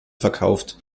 verkauft